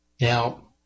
Now